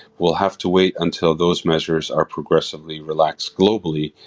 we'll have to wait until those measures are progressively relaxed, globally,